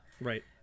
Right